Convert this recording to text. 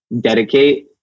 dedicate